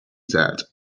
said